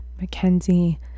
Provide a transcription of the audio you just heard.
Mackenzie